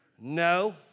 No